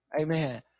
Amen